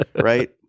right